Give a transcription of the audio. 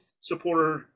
supporter